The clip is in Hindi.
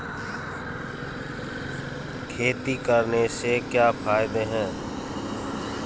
खेती करने से क्या क्या फायदे हैं?